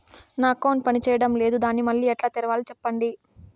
నా అకౌంట్ పనిచేయడం లేదు, దాన్ని మళ్ళీ ఎలా తెరవాలి? సెప్పండి